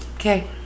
Okay